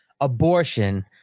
abortion